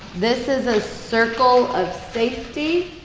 this is a circle of safety.